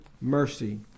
mercy